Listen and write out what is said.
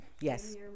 Yes